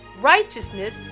righteousness